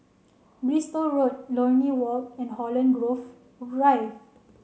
Bristol Road Lornie Walk and Holland Grove Rive